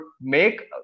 make